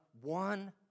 one